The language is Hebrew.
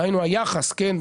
דהיינו היחס, כן?